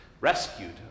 rescued